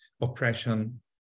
oppression